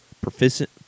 proficient